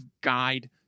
guide